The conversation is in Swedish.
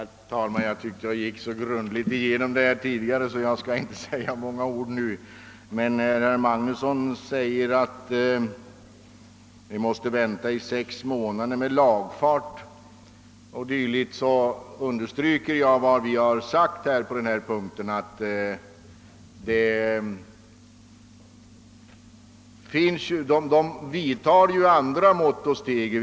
Herr talman! Jag tyckte att jag gick igenom detta så grundligt tidigare här, att jag inte skall säga många ord nu, men med anledning av att herr Magnusson i Borås säger, att man måste vänta i sex månader innan man får lagfart, understryker jag vad vi har sagt på den punkten, nämligen att man ju vidtar andra mått och steg än lagfarter.